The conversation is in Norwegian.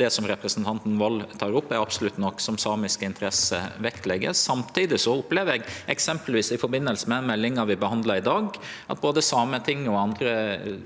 det representanten Wold tek opp, absolutt er noko samiske interesser vektlegg. Samtidig opplever eg – eksempelvis i forbindelse med meldinga vi behandlar i dag – at både Sametinget og andre